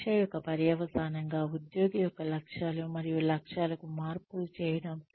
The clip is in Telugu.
సమీక్ష యొక్క పర్యవసానంగా ఉద్యోగి యొక్క లక్ష్యాలు మరియు లక్ష్యాలకు మార్పులు చేయడం